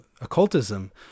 occultism